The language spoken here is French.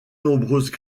nombreuses